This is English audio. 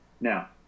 now